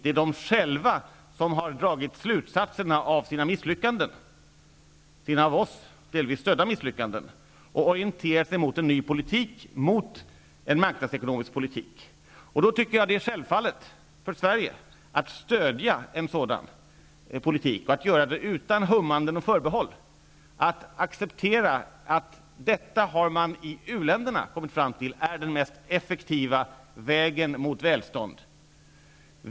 Det är de själva som har dragit slutsatserna av sina misslyckanden, sina av oss delvis stödda misslyckanden, och orienterat sig mot en ny politik och mot marknadsekonomi. Då tycker jag att det är självklart för Sverige att stödja en sådan politik och att göra det utan hummanden och förbehåll och att acceptera att detta har man i uländerna kommit fram till är den mest effektiva vägen mot välstånd.